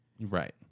right